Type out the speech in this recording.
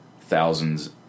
thousands